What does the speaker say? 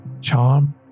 charm